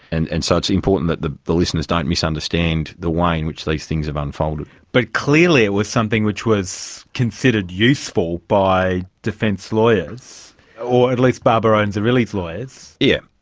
and and so it's important that the the listeners don't misunderstand the way in which these things have unfolded. but clearly it was something which was considered useful by defence lawyers or at least barbaro and zirilli's lawyers. yeah